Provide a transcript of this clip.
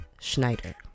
Schneider